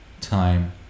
time